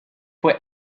fue